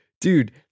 Dude